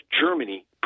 Germany